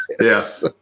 Yes